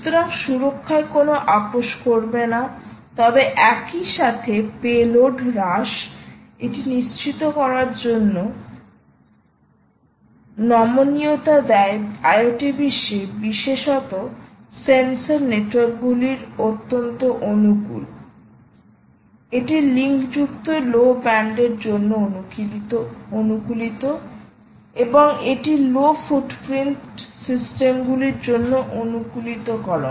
সুতরাং সুরক্ষায় কোনও আপস করবেনা তবে একই সাথে পে লোড হ্রাস এটি নিশ্চিত করার চেষ্টা করার নমনীয়তা দেয় IoT বিশ্বে বিশেষত সেন্সর নেটওয়ার্কগুলির জন্য অত্যন্ত অনুকূল এটি লিঙ্কযুক্ত লো ব্যান্ডের জন্য অনুকূলিত এবং এটি লো ফুটপ্রিন্ট সিস্টেমগুলির জন্য অনুকূলিতকরণ